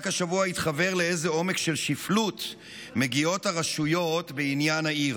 רק השבוע התחוור לאיזה עומק של שפלות מגיעות הרשויות בעניין העיר.